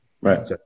Right